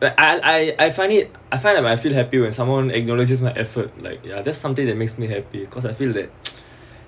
and I I find it I find I'm I feel happy when someone acknowledges my effort like ya that's something that makes me happy because I feel that